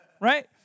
Right